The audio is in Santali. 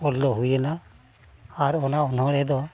ᱚᱞᱫᱚ ᱦᱩᱭᱮᱱᱟ ᱟᱨ ᱚᱱᱟ ᱚᱱᱚᱬᱦᱮᱸ ᱫᱚ